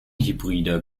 hybride